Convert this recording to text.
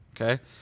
okay